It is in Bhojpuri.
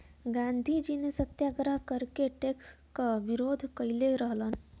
गांधीजी ने सत्याग्रह करके टैक्स क विरोध कइले रहलन